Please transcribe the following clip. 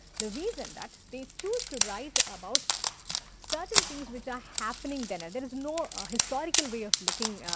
the reason that they choose to write about certain things which are happening then, there is no historical way of looking,